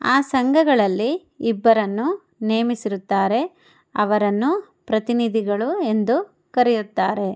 ಆ ಸಂಘಗಳಲ್ಲಿ ಇಬ್ಬರನ್ನು ನೇಮಿಸಿರುತ್ತಾರೆ ಅವರನ್ನು ಪ್ರತಿನಿಧಿಗಳು ಎಂದು ಕರೆಯುತ್ತಾರೆ